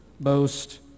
boast